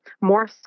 more